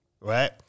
right